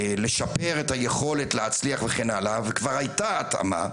לשפר את היכולת להצליח וכן הלאה וכבר הייתה התאמה,